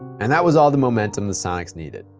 and that was all the momentum the sonics needed.